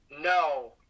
No